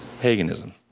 Paganism